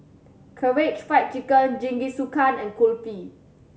Karaage Fried Chicken Jingisukan and Kulfi